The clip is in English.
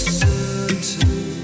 certain